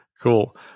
cool